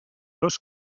dos